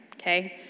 okay